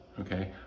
Okay